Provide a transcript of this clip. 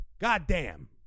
Goddamn